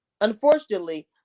Unfortunately